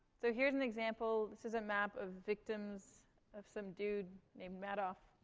so here's an example this is a map of victims of some dude named madoff.